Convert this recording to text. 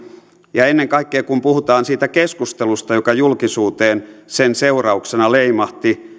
ja ennen kaikkea kun puhutaan siitä keskustelusta joka julkisuuteen sen seurauksena leimahti